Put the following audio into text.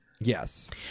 Yes